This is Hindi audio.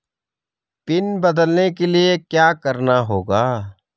पिन बदलने के लिए क्या करना होगा?